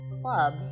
club